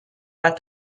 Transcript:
pas